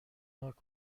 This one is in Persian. بود